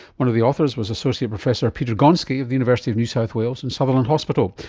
one of the authors was associate professor peter gonski of the university of new south wales and sutherland hospital.